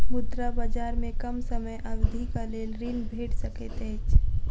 मुद्रा बजार में कम समय अवधिक लेल ऋण भेट सकैत अछि